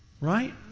Right